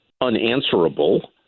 unanswerable